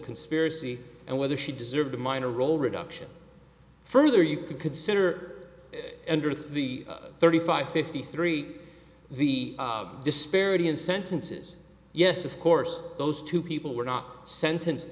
conspiracy and whether she deserved a minor role reduction further you could consider underneath the thirty five fifty three the disparity in sentences yes of course those two people were not sentenced